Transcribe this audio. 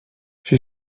she